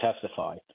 testify